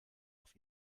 auf